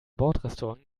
bordrestaurant